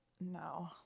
No